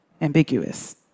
ambiguous